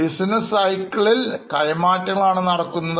business Cycleളിൽ കൈമാറ്റങ്ങൾ ആണ്നടക്കുന്നത്